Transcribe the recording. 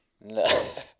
No